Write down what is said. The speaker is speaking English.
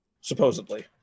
supposedly